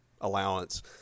allowance